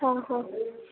ହଁ ହଁ